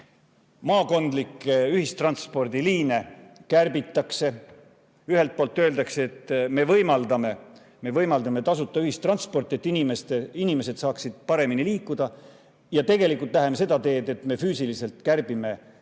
Maakondlikke ühistranspordiliine kärbitakse. Ühelt poolt öeldakse, et me võimaldame tasuta ühistransporti, et inimesed saaksid paremini liikuda. Tegelikult läheme seda teed, et me füüsiliselt kärbime maakondlikke